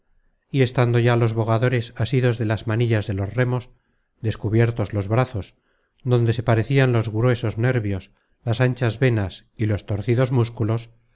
y estando ya los bogadores asidos de las manillas de los remos descubiertos los brazos donde se parecian los gruesos nervios las anchas venas y los torcidos músculos